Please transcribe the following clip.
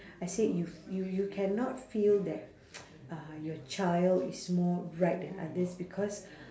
I said you f~ you you cannot feel that uh your child is more right than others because